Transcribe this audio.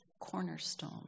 cornerstone